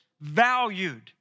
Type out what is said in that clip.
valued